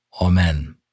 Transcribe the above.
Amen